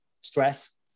stress